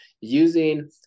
using